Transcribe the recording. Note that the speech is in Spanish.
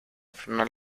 frenar